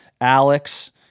Alex